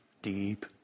Deep